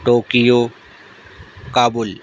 Tokyo Kabul